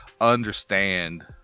understand